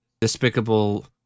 despicable